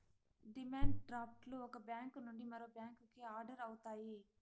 demand draft లు ఒక bank నుండి మరో బ్యాంకుకి ఆర్డర్ అవుతాయి